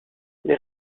les